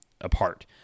apart